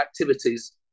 activities